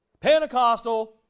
Pentecostal